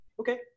Okay